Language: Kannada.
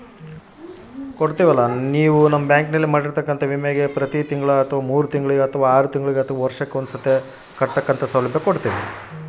ನಾನು ನಿಮ್ಮ ಬ್ಯಾಂಕಿನಲ್ಲಿ ಮಾಡಿರೋ ವಿಮೆಯಲ್ಲಿ ತಿಂಗಳ ಪ್ರೇಮಿಯಂ ಕಟ್ಟೋ ಸೌಲಭ್ಯ ಕೊಡ್ತೇರಾ?